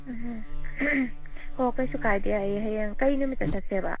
ꯎꯝꯎꯝ ꯍꯣ ꯀꯩꯁꯨ ꯀꯥꯏꯗꯦ ꯑꯩ ꯍꯌꯦꯡ ꯀꯩ ꯅꯨꯃꯤꯠꯇ ꯆꯠꯁꯦꯕ